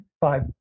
five